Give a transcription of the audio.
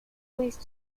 please